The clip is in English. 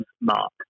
mark